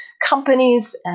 companies